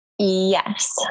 Yes